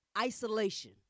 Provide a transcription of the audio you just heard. Isolation